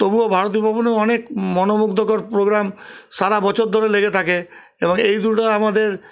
তবুও ভারতী ভবনে অনেক মনমুগ্ধকর প্রোগ্রাম সারা বছর ধরে লেগে থাকে এবং এই দুটো আমাদের